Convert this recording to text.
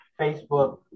Facebook